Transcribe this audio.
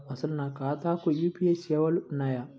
అసలు నా ఖాతాకు యూ.పీ.ఐ సేవలు ఉన్నాయా?